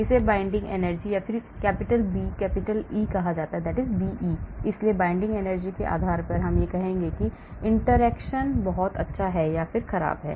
इसे binding energy BE कहा जाता है इसलिए binding energy के आधार पर मैं कहूंगा कि इंटरैक्शन बहुत अच्छा है या खराब है